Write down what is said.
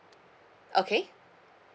okay